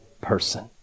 person